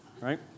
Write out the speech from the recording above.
right